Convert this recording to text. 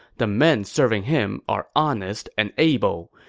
the men serving him are honest and able.